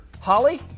Holly